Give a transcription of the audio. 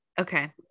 Okay